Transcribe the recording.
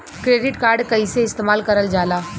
Credit card कईसे इस्तेमाल करल जाला?